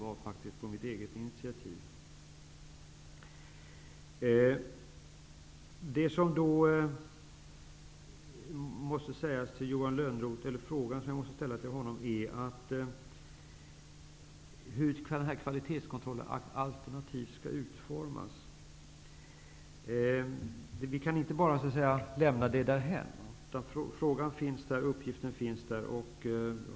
Den fråga jag måste ställa till Johan Lönnroth är: Hur skall denna kvalitetskontroll alternativt utformas? Vi kan inte bara lämna det därhän. Frågan och uppgiften finns där.